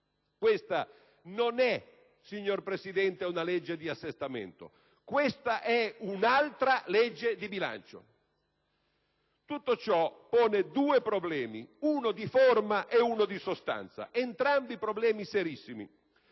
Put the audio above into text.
Questa, signor Presidente, non è una legge di assestamento: questa è un'altra legge di bilancio! Tutto ciò pone due problemi, uno di forma e uno di sostanza, entrambi serissimi.